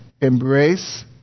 embrace